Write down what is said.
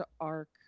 arc